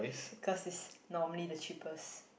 cause it's normally the cheapest